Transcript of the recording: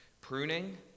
Pruning